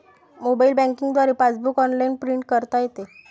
mobile banking द्वारे passbook online print करता येते